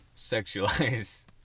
sexualize